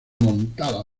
montada